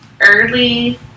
early